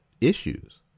issues